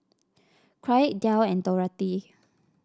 Kraig Del and Dorathy